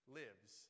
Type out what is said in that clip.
lives